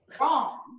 Wrong